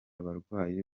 abarwayi